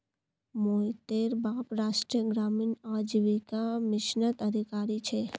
मोहितेर बाप राष्ट्रीय ग्रामीण आजीविका मिशनत अधिकारी छे